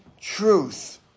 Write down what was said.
truth